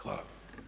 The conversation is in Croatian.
Hvala.